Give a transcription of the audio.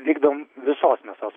vykdom visos mėsos